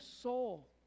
soul